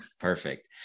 Perfect